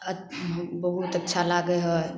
बहुत अच्छा लागै हइ